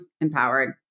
empowered